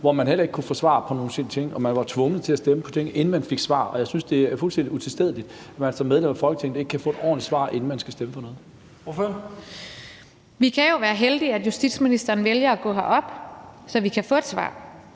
at man heller ikke kunne få svar på nogle ting, og hvor man var tvunget til at stemme for forslag, inden man fik svar. Jeg synes, det er fuldstændig utilstedeligt, at man som medlem af Folketinget ikke kan få et ordentligt svar, inden man skal stemme om noget. Kl. 12:45 Første næstformand (Leif Lahn Jensen): Ordføreren.